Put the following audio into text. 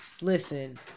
Listen